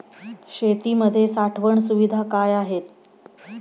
शेतीमध्ये साठवण सुविधा काय आहेत?